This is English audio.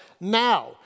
now